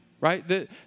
right